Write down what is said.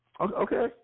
Okay